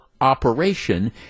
operation